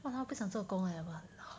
!walao! 不想做工 eh !walao!